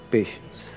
Patience